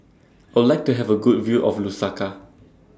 I Would like to Have A Good View of Lusaka